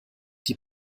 die